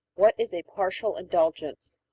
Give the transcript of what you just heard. what is a partial indulgence?